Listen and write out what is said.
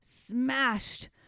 smashed